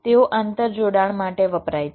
તેઓ આંતરજોડાણ માટે વપરાય છે